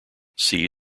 see